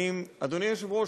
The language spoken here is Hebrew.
אדוני היושב-ראש,